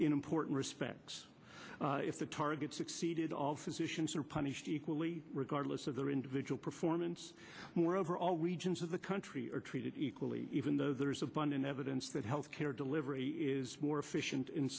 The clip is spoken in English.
in important respects if the target succeeded all physicians are punished regardless of their individual performance moreover all regions of the country are treated equally even though there is abundant evidence that healthcare delivery more efficient in